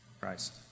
Christ